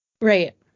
Right